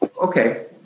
Okay